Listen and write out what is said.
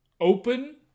Open